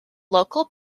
local